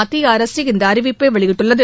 மத்திய அரசு இந்த அறிவிப்பை வெளியிட்டுள்ளது